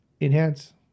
enhance